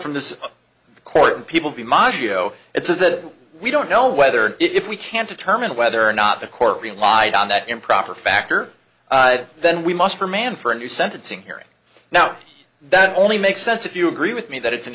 from the court and people be maggio it says that we don't know whether if we can determine whether or not the court relied on that improper factor then we must for man for a new sentencing hearing now that only makes sense if you agree with me that it's an